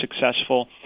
successful